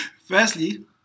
Firstly